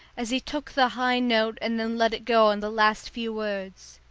as he took the high note and then let it go on the last few words.